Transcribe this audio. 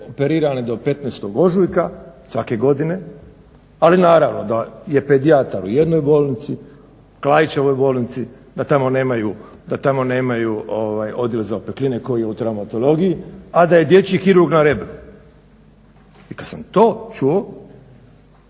operirane do 15.ožujka svake godine al naravno da je pedijatar u jednoj bolnici, Klaićevoj bolnici da tamo nemaju odjel za opekline kao i na traumatologiji a da je dječji kirurg na Rebru. I kada sam to čuo